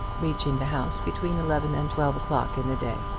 reaching the house between eleven and twelve o'clock in the day.